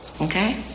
Okay